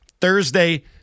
Thursday